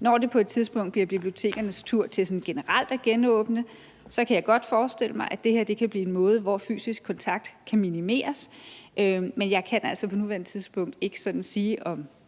Når det på et tidspunkt bliver bibliotekernes tur til sådan generelt at genåbne, kan jeg godt forestille mig, at det her kan blive en måde, hvor fysisk kontakt kan minimeres. Men jeg kan altså på nuværende tidspunkt ikke sige, om